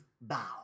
bow